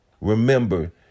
Remember